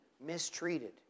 mistreated